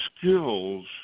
skills